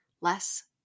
less